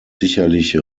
sicherlich